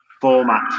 format